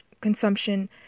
consumption